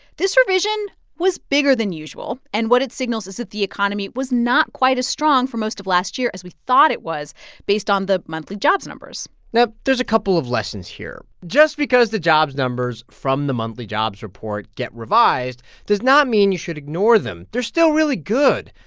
this revision was bigger than usual, and what it signals is that the economy was not quite as strong for most of last year as we thought it was based on the monthly jobs numbers now, there's a couple of lessons here. just because the jobs numbers from the monthly jobs report get revised does not mean you should ignore them. they're still really good.